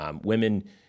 women